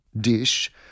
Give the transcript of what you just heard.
dish